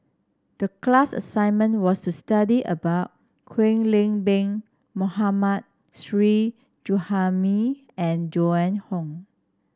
the class assignment was to study about Kwek Leng Beng Mohammad Shri Suhaimi and Joan Hon